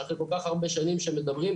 שאחרי כל כך הרבה שנים שמדברים,